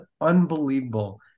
unbelievable